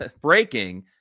breaking